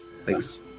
Thanks